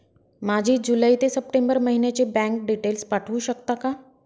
माझे जुलै ते सप्टेंबर महिन्याचे बँक डिटेल्स पाठवू शकता का?